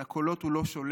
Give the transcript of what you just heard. על הקולות הוא לא שולט,